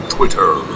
Twitter